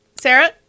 Sarah